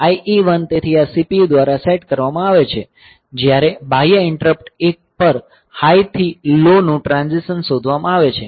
IE1 તેથી આ CPU દ્વારા સેટ કરવામાં આવે છે કે જ્યારે બાહ્ય ઈંટરપ્ટ 1 પર હાઈ થી લો નું ટ્રાંઝિશન શોધવામાં આવે છે